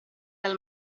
dal